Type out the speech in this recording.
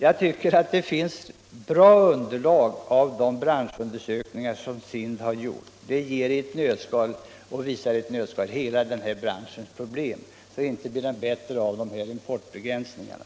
Jag tycker att det finns ett bra underlag i de branschundersökningar som SIND har gjort. De visar i ett nötskal hela skobranschens problem. Men situationen blir inte bättre av de här importbegränsningarna.